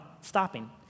stopping